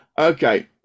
okay